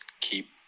keep